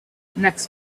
next